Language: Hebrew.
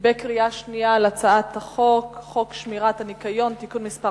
בקריאה שנייה על הצעת חוק שמירת הניקיון (תיקון מס'